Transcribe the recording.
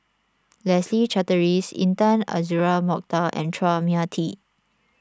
Leslie Charteris Intan Azura Mokhtar and Chua Mia Tee